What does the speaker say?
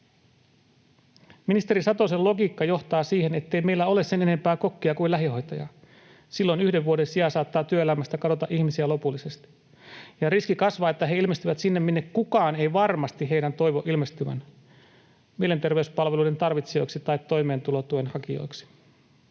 Ministeri Satosen logiikka johtaa siihen, ettei meillä ole sen enempää kokkia kuin lähihoitajaakaan. Silloin yhden vuoden sijaan saattaa työelämästä kadota ihmisiä lopullisesti, ja riski kasvaa, että he ilmestyvät sinne, minne kukaan ei varmasti heidän toivo ilmestyvän: mielenterveyspalveluiden tarvitsijoiksi tai toimeentulotuen hakijoiksi.